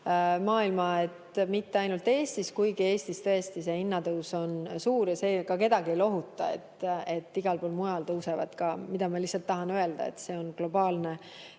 maailma, mitte ainult Eestis, kuigi Eestis tõesti see hinnatõus on suur. Ja see ka kedagi ei lohuta, et igal pool mujal tõusevad ka. Ma tahan öelda, et see on globaalne